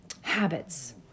habits